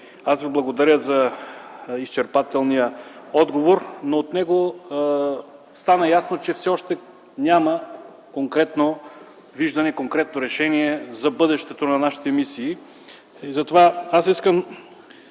аз Ви благодаря за изчерпателния отговор, но от него стана ясно, че все още няма конкретно виждане, конкретно решение за бъдещето на нашите мисии.